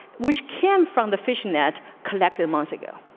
which came from the fishing net collected months ago.